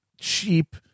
cheap